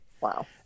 Wow